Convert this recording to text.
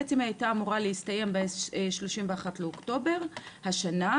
בעצם היא הייתה אמורה להסתיים ב-31 לאוקטובר השנה,